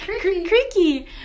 creaky